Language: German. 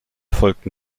folgten